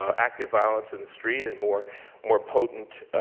ah active violence in the street and more more potent